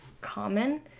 common